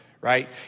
right